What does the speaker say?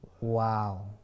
Wow